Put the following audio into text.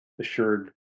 assured